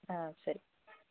ಹಾಂ ಸರಿ